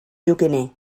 joquiner